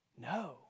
No